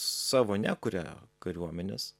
savo nekuria kariuomenės